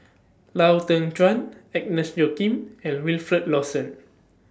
Lau Teng Chuan Agnes Joaquim and Wilfed Lawson